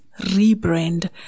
rebrand